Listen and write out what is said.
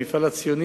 המפעל הציוני,